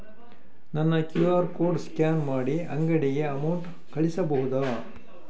ನಾನು QR code scan ಮಾಡಿ ಅಂಗಡಿಗೆ ಅಮೌಂಟ್ ಕಳಿಸಬಹುದಾ?